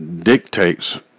dictates